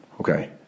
Okay